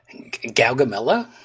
Galgamela